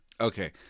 Okay